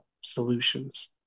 solutions